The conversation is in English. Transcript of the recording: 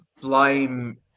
blame